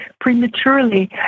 prematurely